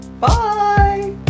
bye